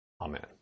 Amen